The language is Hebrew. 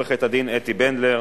עורכת-הדין אתי בנדלר.